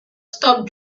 stop